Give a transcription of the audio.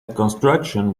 construction